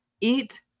eat